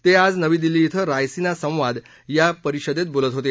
ते आज नवी दिल्ली धिं रायसिना संवाद या परिषदेत बोलत होते